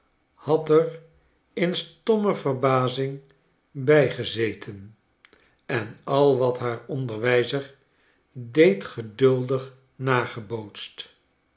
had er in stomme verbazing bij gezeten en al wat haar onderwijzer deed geduldig nagebootst